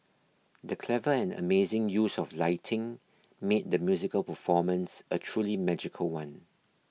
the clever and amazing use of lighting made the musical performance a truly magical one